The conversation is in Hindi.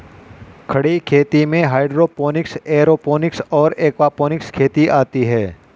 खड़ी खेती में हाइड्रोपोनिक्स, एयरोपोनिक्स और एक्वापोनिक्स खेती आती हैं